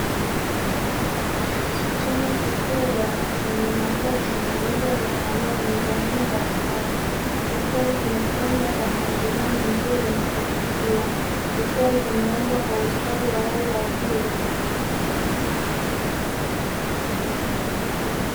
Chumba kikubwa chenye makochi na meza za samani za aina mbalimbali, zikiwa zimepangwa kwa mpangilio mzuri na kuvutia, zikiwa zimeundwa kwa ustadi wa hali ya juu.